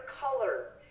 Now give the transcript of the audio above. color